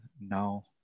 now